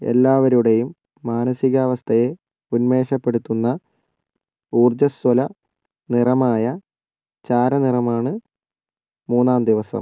എല്ലാവരുടെയും മാനസികാവസ്ഥയെ ഉന്മേഷപ്പെടുത്തുന്ന ഊര്ജ്ജസ്വല നിറമായ ചാര നിറമാണ് മൂന്നാം ദിവസം